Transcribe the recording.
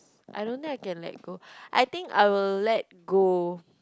I don't think I can let go I think I will let go